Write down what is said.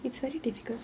it's very difficult